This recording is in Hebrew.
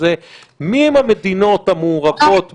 מי הן המדינות המעורבות במימון?